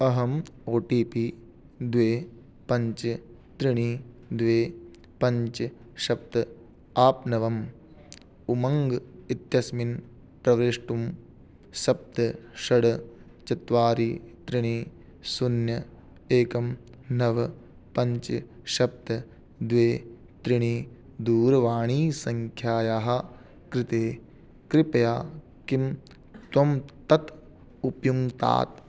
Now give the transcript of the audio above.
अहम् O T P द्वे पञ्च त्रीणि द्वे पञ्च सप्त आप्नवम् उमङ्ग् इत्यस्मिन् प्रवेष्टुं सप्त षड् चत्वारि त्रीणि शून्यम् एकं नव पञ्च सप्त द्वे त्रीणि दूरवाणीसङ्ख्यायाः कृते कृपया किं त्वं तत् उपयुङ्क्तात्